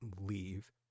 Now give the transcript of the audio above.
leave